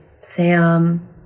Sam